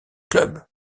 club